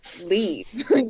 leave